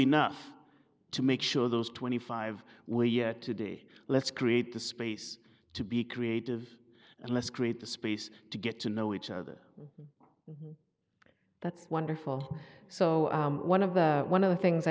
enough to make sure those twenty five were yet today let's create the space to be creative and let's create the space to get to know each other that's wonderful so one of the one of the things